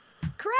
Correct